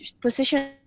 position